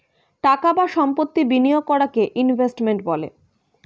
টাকা বা সম্পত্তি বিনিয়োগ করাকে ইনভেস্টমেন্ট বলে